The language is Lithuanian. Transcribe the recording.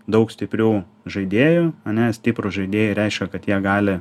daug stiprių žaidėjų ane stiprūs žaidėjai reiškia kad jie gali